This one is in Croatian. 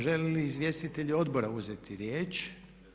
Želi li izvjestitelj odbora uzeti riječ?